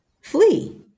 flee